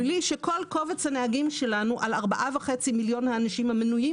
בלי שכל קובץ הנהגים שלנו על 4.5 מיליון האנשים המנויים